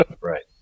right